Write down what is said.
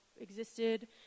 existed